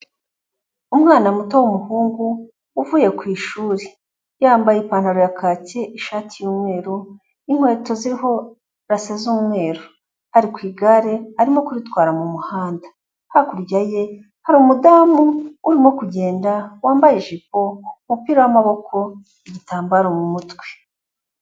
Umwana muto w'umuhungu uvuye ku ishuri, yambaye ipantaro ya kacyi, ishati y'umweru, n'inkweto ziriho rase z'umweru, ari ku igare arimo kwitwara mu muhanda, hakurya ye hari umudamu urimo kugenda wambaye ijipo, umupira w'amaboko, igitambaro mu mutwe.